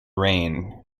rain